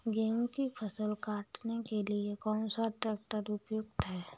गेहूँ की फसल काटने के लिए कौन सा ट्रैक्टर उपयुक्त है?